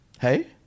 Hey